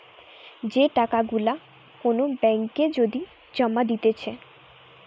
যে টাকা গুলা কোন ব্যাঙ্ক এ যদি জমা দিতেছে